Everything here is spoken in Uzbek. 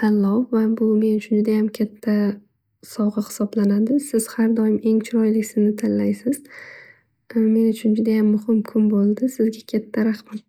taanlov va bu men uchun judayam katta sovg'a hisoblanadi. Siz har doim eng chiroylisini tanlaysiz. Men uchun judayam muhim kun bo'ldi. Sizga juda ham rahmat.